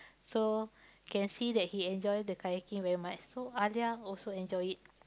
so can see that he enjoy the Kayaking very much so Alia also enjoy it